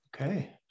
Okay